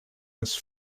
his